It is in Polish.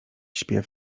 śpiew